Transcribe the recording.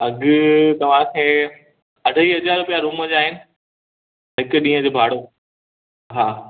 अघु तव्हांखे अढाई हज़ार रुपया रुम जा आहिनि हिकु ॾींहं जो भाड़ो हा